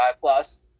plus